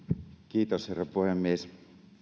kiitos herra puhemies